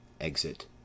Exit